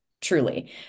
truly